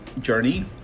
journey